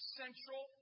central